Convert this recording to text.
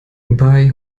bei